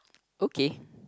okay